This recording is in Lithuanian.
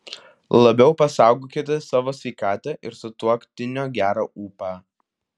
labiau pasaugokite savo sveikatą ir sutuoktinio gerą ūpą